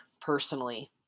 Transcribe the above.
personally